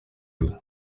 gusa